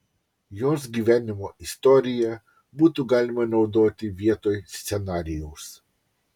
jos gyvenimo istoriją būtų galima naudoti vietoj scenarijaus